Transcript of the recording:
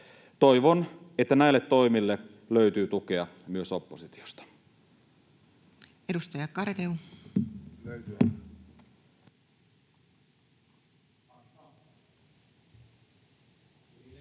Toivon, että näille toimille löytyy tukea myös oppositiosta.